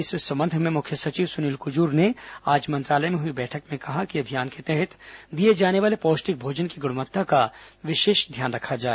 इस संबंध में मुख्य सचिव सुनील कुजूर ने आज मंत्रालय में हुई बैठक में कहा कि अभियान के तहत दिए जाने वाले पौष्टिक भोजन की गुणवत्ता का विशेष ध्यान रखा जाए